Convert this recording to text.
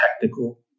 technical